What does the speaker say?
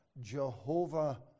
Jehovah